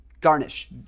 garnish